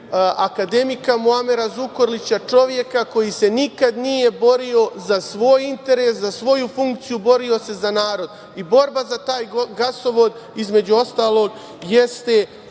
akademika Muamera Zukorlića, čoveka koji se nikada nije borio za svoj interes, za svoju funkciju, borio se za narod. Borba za taj gasovod, između ostalog, jeste